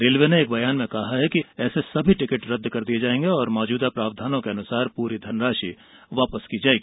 railway ने एक बयान में कहा है कि ऐसे सभी टिकट रद्द कर दिये जायेंगे और मौजूदा प्रावधानों के अनुसार पूरी धनराशि वापस की जायेगी